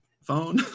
phone